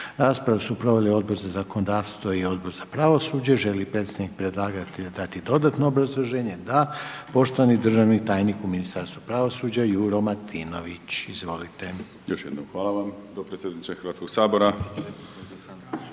Raspravu su proveli Odbor za zakonodavstvo i Odbor za pravosuđe. Želi li predstavnik predlagatelja dati dodatno obrazloženje? Da. Poštovani državni tajnik u Ministarstvu pravosuđa Juro Martinović. Izvolite. **Martinović, Juro** Još jednom hvala potpredsjedniče Hrvatskoga sabora,